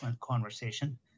conversation